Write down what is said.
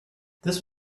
this